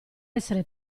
essere